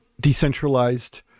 decentralized